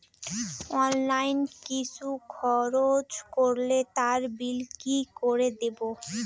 Online কিছু খরচ করলে তার বিল কি করে দেবো?